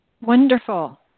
wonderful